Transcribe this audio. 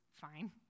fine